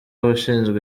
abashinzwe